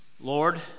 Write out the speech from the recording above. Lord